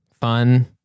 fun